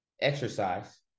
exercise